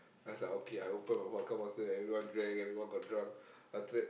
I was like okay I open my vodka bottle everyone drank everyone got drunk after that